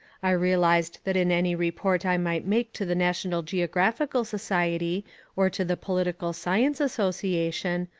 i realised that in any report i might make to the national geographical society or to the political science association,